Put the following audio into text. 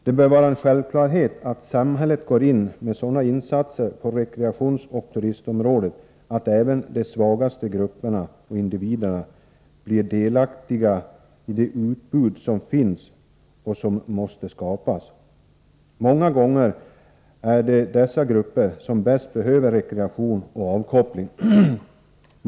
Det bör vara en självklarhet att samhället går in med sådana insatser på rekreationsoch turistområdet att även de svagaste grupperna och individerna börjar efterfråga det utbud som finns eller som måste skapas. Många gånger är det dessa grupper som bäst behöver rekreation och avkoppling.